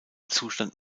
zustand